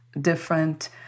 different